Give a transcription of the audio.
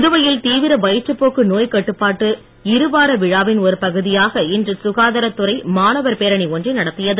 புதுவையில் தீவிர வயிற்றுப் போக்கு நோய் கட்டுப்பாட்டு இரு வார விழாவின் ஒரு பகுதியாக இன்று ககாதாரத் துறை மாணவர் பேரணி ஒன்றை நடத்தியது